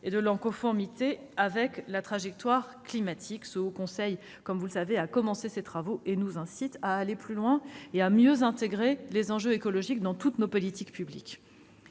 et sur leur conformité avec notre trajectoire climatique ambitieuse. Comme vous le savez, cette instance a commencé ses travaux et nous incite à aller plus loin et à mieux intégrer les enjeux écologiques dans toutes nos politiques publiques.